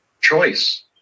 choice